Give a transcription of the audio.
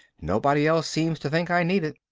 nobody else seems to think i need it.